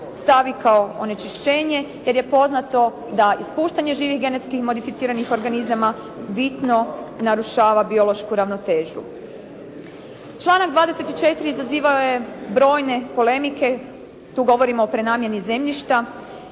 stavi kao onečišćenje jer je poznato da ispuštanje živih genetskih modificiranih organizama bitno narušava biološku ravnotežu. Članak 24. izazivao je brojne polemike, tu govorimo o prenamjeni zemljišta.